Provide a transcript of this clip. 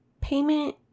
payment